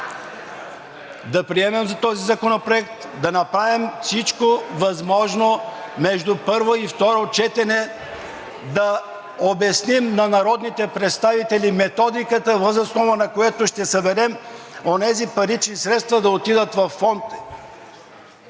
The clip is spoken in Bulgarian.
Да приемем този законопроект, да направим всичко възможно между първо и второ четене да обясним на народните представители методиката, въз основа на което ще съберем онези парични средства да отидат във Фонд